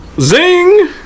Zing